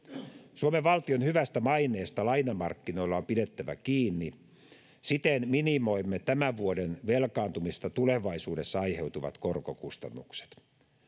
suomen valtion hyvästä maineesta lainamarkkinoilla on pidettävä kiinni siten minimoimme tämän vuoden velkaantumisesta tulevaisuudessa aiheutuvat korkokustannukset